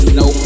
no